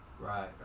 right